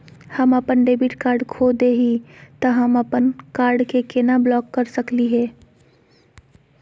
हम अपन debit card खो दे ही, त हम अप्पन कार्ड के केना ब्लॉक कर सकली हे?